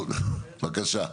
בבקשה.